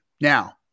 Now